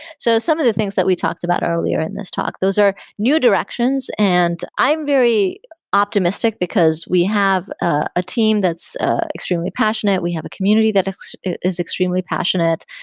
so some of the things that we talked about earlier in this talk, those are new directions, and i'm very optimistic, because we have a team that's ah extremely passionate. we have a community that ah is extremely passionate.